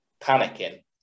panicking